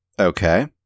Okay